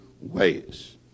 ways